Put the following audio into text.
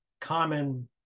common